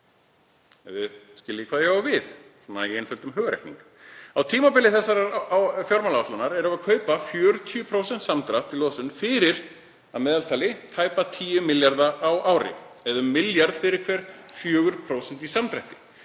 ef þið skiljið hvað ég á við, svona í einföldum hugarreikningi. Á tímabili þessarar fjármálaáætlunar kaupum við 40% samdrátt í losun fyrir að meðaltali tæpa 10 milljarða á ári, eða um 1 milljarð fyrir hver 4% í samdrætti.